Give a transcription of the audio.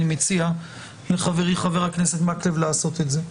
אני מציע לחברי חבר הכנסת מקלב לעשות את זה.